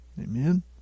Amen